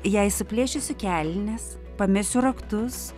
jei suplėšysiu kelnes pamesiu raktus